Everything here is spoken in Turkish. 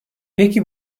peki